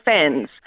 fans